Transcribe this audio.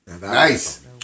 nice